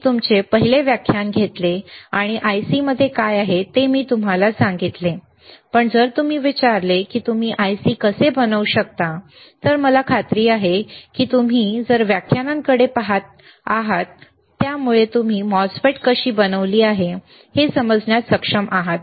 मी तुमचे पहिले व्याख्यान घेतले आणि IC मध्ये काय आहे ते मी तुम्हाला सांगितले पण जर तुम्ही विचारले की तुम्ही IC कसे बनवू शकता तर मला खात्री आहे की तुम्ही ज्या व्याख्यानांकडे पहात आहात त्या मुळे तुम्ही MOSFET कशी बनवली आहे हे समजण्यास सक्षम आहात